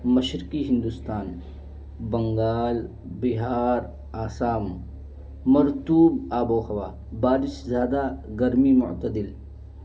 مشرقی ہندوستان بنگال بہار آسام مرتوب آب و ہوا بارش زیادہ گرمی متدل